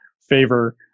Favor